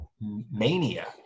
Mania